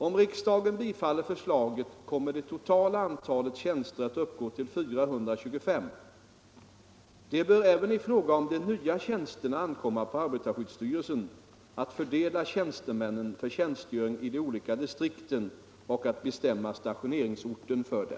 Om riksdagen bifaller förslaget kommer det totala antalet tjänster att uppgå till 425. Det bör även i fråga om de nya tjänsterna ankomma på arbetarskyddsstyrelsen att fördela tjänstemännen för tjänstgöring i de olika distrikten och att bestämma stationeringsorten för dem.